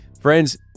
friends